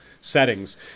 settings